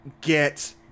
get